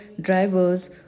drivers